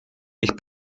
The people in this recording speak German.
ich